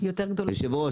היו"ר,